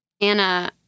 Anna